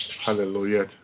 Hallelujah